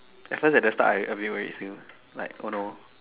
at first at the start I a bit worried still like oh no